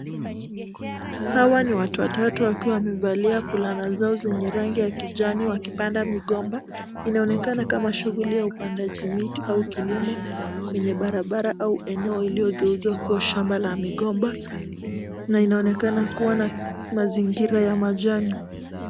Hawa ni watu watatu wakiwa wamevalia fulana zao zenye rangi ya kijani wakipanda migomba. Inaonekana kama shughuli ya upandaji mti au kilimo kwenye barabara au eneo iliyogeuzwa kuwa shamba la migomba, na inaonekana kuwa na mazingira ya majani.